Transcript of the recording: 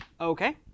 Okay